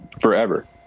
forever